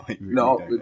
No